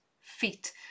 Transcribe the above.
feet